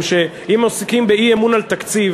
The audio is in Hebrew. משום שאם עוסקים באי-אמון על תקציב,